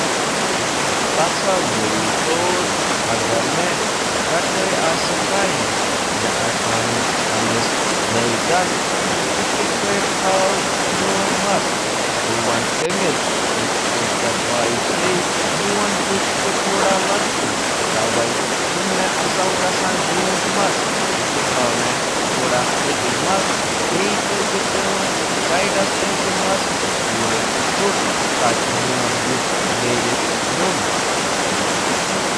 تصور کٔرِو، مےٚ چھُ مَس کاسنہٕ یِوان، تہٕ مےٚ چھُ یہِ بیان کرُن زِ بہٕ کُس انداز چھُس یژھان۔ بہٕ وَنَس سیلونَس زِ میون بُتھ چھُ لۄکُٹ تہٕ مےٚ چھُ اکھ لۄکُٹ مَس کاسنٕچ ضروٗرت یُس مےٚ لایق آسہِ۔